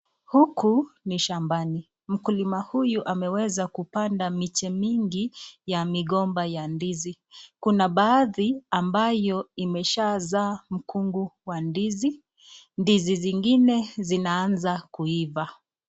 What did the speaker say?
Huku ni shambani. Mkulima huyu ameweza kupanda miche mingi ya migomba ya ndizi. Kuna bahati ambayo imeshaa zaa mkungu wa ndizi. Ndizi zingine zinaanza kuiva.